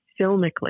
filmically